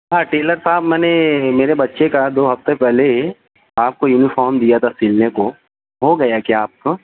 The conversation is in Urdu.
ہاں ٹیلر صاحب میں نے میرے بچے کا دو ہفتے پہلے آپ کو یونیفام دیا تھا سلنے کو ہوگیا کیا آپ کا